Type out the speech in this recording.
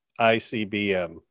ICBM